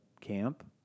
camp